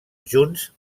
junts